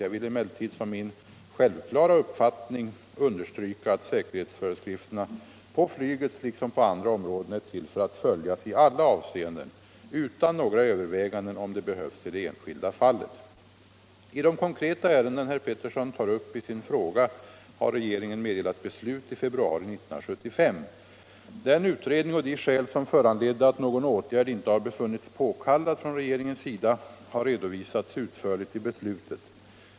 Jag vill emellertid som min självklara uppfattning understryka att säkerhetsföreskrifterna på flygets liksom på andra områden är will för att följas i alla avseenden utan några överväganden om det behövs i det enskilda fallet. I de konkreta ärenden herr Petersson tar upp i sin fråga har regeringen meddelat beslut i februari 1975. Den utredning och de skäl som föranledde att någon åtgärd inte har befunnits påkallad från regeringens sida har redovisats utförligt i beslutet.